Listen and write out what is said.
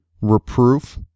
reproof